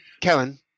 Kellen